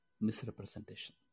misrepresentation